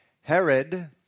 Herod